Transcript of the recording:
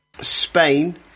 Spain